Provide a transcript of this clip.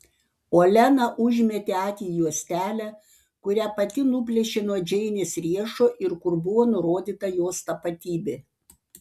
olena užmetė akį į juostelę kurią pati nuplėšė nuo džeinės riešo ir kur buvo nurodyta jos tapatybė